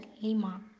Lima